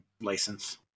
license